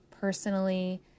personally